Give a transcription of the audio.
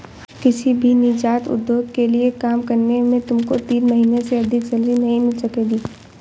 किसी भी नीजात उद्योग के लिए काम करने से तुमको तीन महीने से अधिक सैलरी नहीं मिल सकेगी